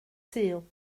sul